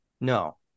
No